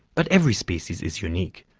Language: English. but every species is unique,